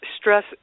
stress